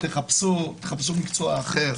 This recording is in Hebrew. חפשו מקצוע אחר